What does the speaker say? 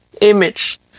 image